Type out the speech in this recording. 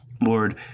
Lord